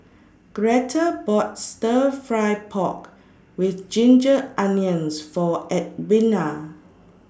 Greta bought Stir Fry Pork with Ginger Onions For Edwina